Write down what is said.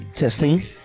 Testing